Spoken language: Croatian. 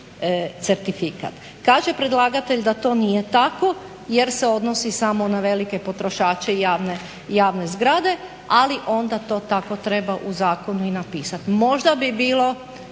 certifikat. Kaže predlagatelj da to nije tako, jer se odnosi samo na velike potrošače, javne zgrade ali onda to tako treba u zakonu i napisati. Možda bi bilo